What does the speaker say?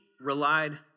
relied